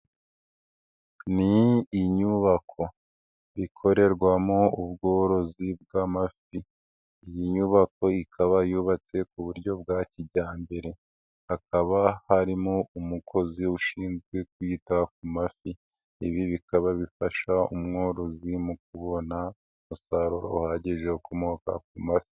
Ni inyubako ikorerwamo ubworozi bw'amafi. Iyi nyubako ikaba yubatse ku buryo bwa kijyambere, hakaba harimo umukozi ushinzwe kwita ku mafi. Ibi bikaba bifasha umworozi mu kubona umusaruro uhagije ukomoka ku mafi.